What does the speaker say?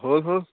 হ'ল হ'ল